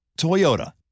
Toyota